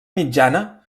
mitjana